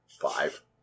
Five